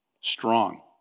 strong